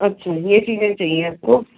अच्छा ये चीज़े भी चाहिए आपको